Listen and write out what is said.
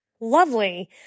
Lovely